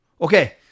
Okay